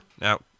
Now